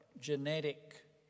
genetic